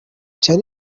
charly